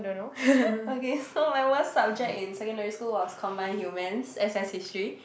okay so my worse subject in secondary school was combined Humans S_S History